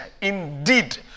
indeed